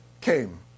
came